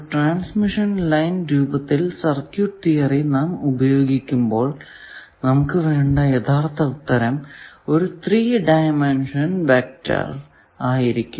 transmission line രൂപത്തിൽ circuit theory നാം ഉപയോഗിക്കുമ്പോൾ നമുക്ക് വേണ്ട യഥാർത്ഥ ഉത്തരം ഒരു 3 ഡയമെൻഷൻ വെക്റ്റർ ആയിരിക്കും